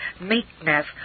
meekness